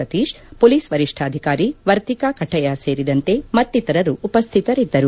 Satish police ವರಿಷ್ಠಾಧಿಕಾರಿ ವರ್ತಿಕಾ ಕಠಯಾರ್ ಸೇರಿದಂತೆ ಮತ್ತಿತರರು ಉಪಶ್ಥಿತರಿದ್ದರು